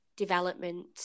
development